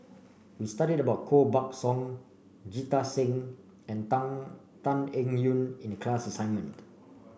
we studied about Koh Buck Song Jita Singh and Tan Tan Eng Yoon in the class assignment